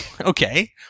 okay